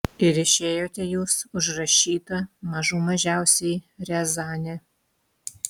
ir išėjote jūs užrašyta mažų mažiausiai riazanė